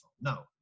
No